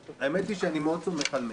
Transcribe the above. האמת היא שאני מאוד סומך על מאיר.